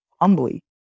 humbly